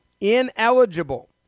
ineligible